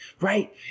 right